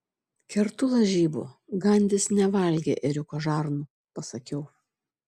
kertu lažybų gandis nevalgė ėriuko žarnų pasakiau